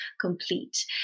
complete